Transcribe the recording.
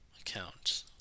account